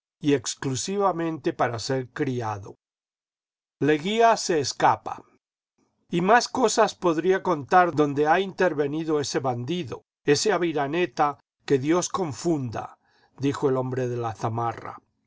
y exclusivamente para ser criado leguía se escapa y más cosas podría contar donde ha intervenido ese bandido ese aviraneta que dios confunda dijo el hombre de la zamarra